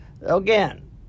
Again